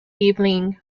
evening